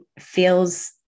feels